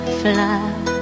fly